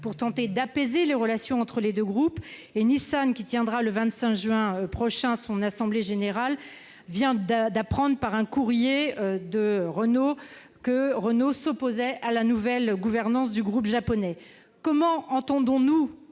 pour tenter d'apaiser les relations entre les deux groupes, et Nissan, qui tiendra le 25 juin prochain son assemblée générale, vient d'apprendre par courrier que Renault s'opposait à la nouvelle gouvernance du groupe japonais. Comment entendons-nous,